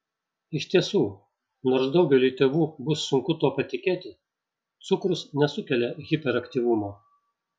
iš tiesų nors daugeliui tėvų bus sunku tuo patikėti cukrus nesukelia hiperaktyvumo